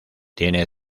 tiene